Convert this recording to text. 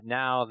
now